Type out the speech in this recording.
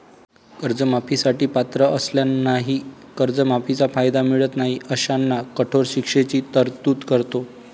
कर्जमाफी साठी पात्र असलेल्यांनाही कर्जमाफीचा कायदा मिळत नाही अशांना कठोर शिक्षेची तरतूद करतो